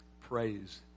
Praise